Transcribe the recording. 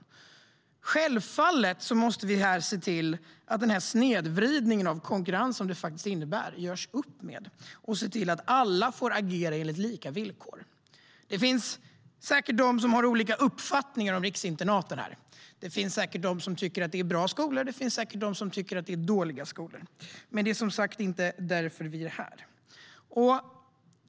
Vi måste självfallet se till att man gör upp med den snedvridning av konkurrensen som detta innebär och att alla får agera på lika villkor. Det finns säkert de som har olika uppfattningar om riksinternaten här. Det finns säkert de som tycker att det är bra skolor, och det finns säkert de som tycker att de är dåliga. Men det är som sagt inte därför vi är här.